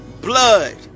Blood